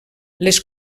les